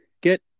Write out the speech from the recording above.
get